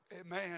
Amen